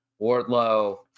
Wardlow